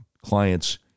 clients